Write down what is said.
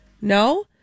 No